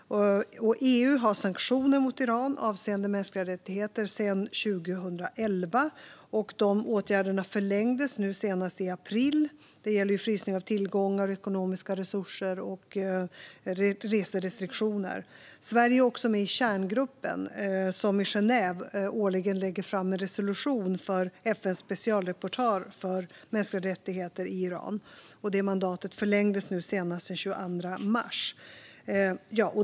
EU har sanktioner mot Iran avseende mänskliga rättigheter sedan 2011. De åtgärderna förlängdes senast nu i april. Det gäller frysning av tillgångar och ekonomiska resurser samt reserestriktioner. Sverige är också med i kärngruppen, som i Genève årligen lägger fram en resolution för FN:s specialrapportör för mänskliga rättigheter i Iran. Det mandatet förlängdes senast nu den 22 mars.